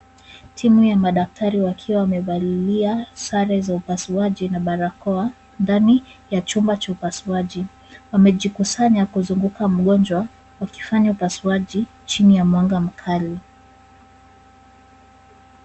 Timu ya madaktari wakiwa wamevalia sare za upasuaji na barakoa ndani ya chumba cha upasuaji. Wamejikusanya kuzunguka mgonjwa wakifanya upasuaji chini ya mwanga mkali.